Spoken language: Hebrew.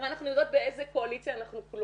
הרי אנחנו יודעות באיזו קואליציה קלועות,